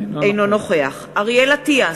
אינו נוכח אריאל אטיאס,